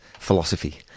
Philosophy